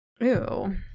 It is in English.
Ew